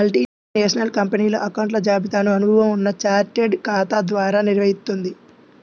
multinational కంపెనీలు అకౌంట్ల జాబితాను అనుభవం ఉన్న చార్టెడ్ ఖాతా ద్వారా నిర్వహిత్తుంది